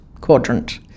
quadrant